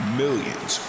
millions